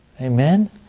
Amen